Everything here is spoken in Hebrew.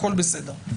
הכול בסדר.